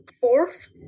Fourth